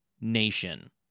Nation